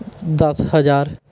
ਦਸ ਹਜ਼ਾਰ